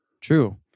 True